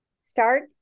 Start